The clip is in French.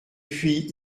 puis